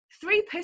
three